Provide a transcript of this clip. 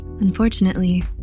unfortunately